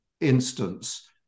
instance